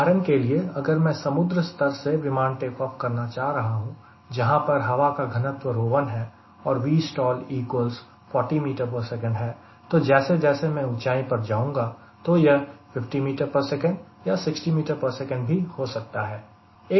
उदाहरण के लिए अगर मैं समुद्र स्तर से विमान टेक ऑफ करना चाह रहा हूं जहां पर हवा का घनत्व 1 है और Vstall40ms है तो जैसे जैसे मैं ऊंचाई पर जाऊंगा तो यह 50 ms या 60 ms भी हो सकता है